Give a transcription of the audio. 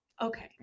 Okay